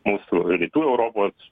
mūsų rytų europos